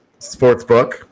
Sportsbook